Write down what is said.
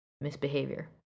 misbehavior